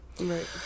Right